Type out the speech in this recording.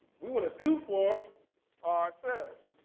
we want to do for ah ourselves.